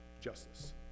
justice